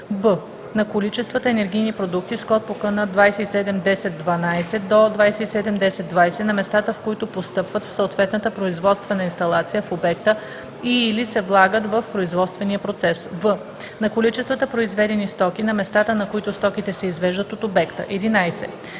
б) на количествата енергийни продукти с код по КН 2710 12 до 2710 20 на местата, в които постъпват в съответната производствена инсталация в обекта и/или се влагат в производствения процес; в) на количествата произведени стоки, на местата на които стоките се извеждат от обекта. 11.